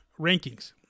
Rankings